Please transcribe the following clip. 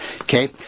Okay